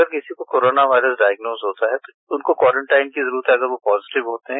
यदि किसी को कोरोना वायरस डायग्नोस होता है तो उनको कोरनटाइन की जरूरत है अगर वो पॉजिटिव होते है